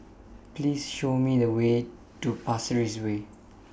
Please Show Me The Way to Pasir Ris Way